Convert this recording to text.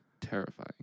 terrifying